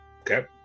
Okay